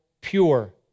pure